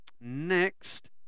next